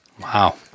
Wow